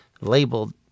labeled